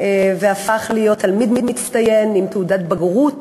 והפך להיות תלמיד מצטיין, עם תעודת בגרות